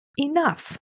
enough